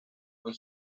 con